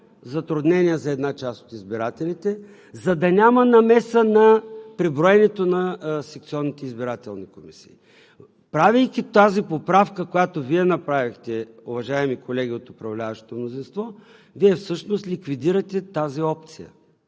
затруднения за една част от избирателите, за да няма намеса при броенето на секционните избирателни комисии. Правейки тази поправка, която Вие направихте, уважаеми колеги от управляващото мнозинство, Вие всъщност ликвидирате тази опция.